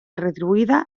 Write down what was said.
retribuïda